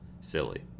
silly